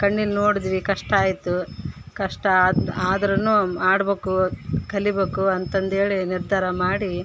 ಕಣ್ಣಿನ ನೋಡಿದ್ವಿ ಕಷ್ಟಾಯಿತು ಕಷ್ಟ ಆದ ಆದ್ರು ಮಾಡ್ಬೇಕು ಕಲಿಬೇಕು ಅಂತಂದೇಳಿ ನಿರ್ಧಾರ ಮಾಡಿ